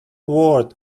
word